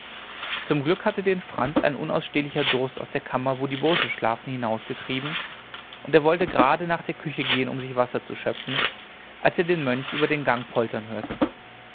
zum glück hatte den franz ein unausstehlicher durst aus der kammer wo die bursche schlafen hinausgetrieben und er wollte gerade nach der küche gehen um sich wasser zu schöpfen als er den mönch über den gang poltern hörte